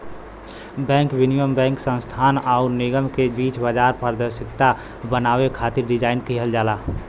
bank विनियम banking संस्थान आउर निगम के बीच बाजार पारदर्शिता बनावे खातिर डिज़ाइन किहल जाला